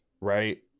right